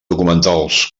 documentals